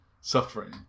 suffering